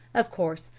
of course,